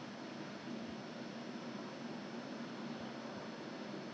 他的 soap mah don't want ah I I I don't know what of quality of soap yeah